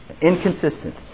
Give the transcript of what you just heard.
inconsistent